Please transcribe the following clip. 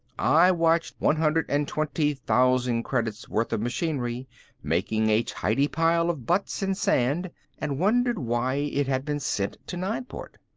i watched one hundred and twenty thousand credits worth of machinery making a tidy pile of butts and sand and wondered why it had been sent to nineport.